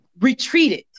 retreated